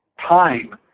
time